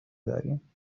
داریم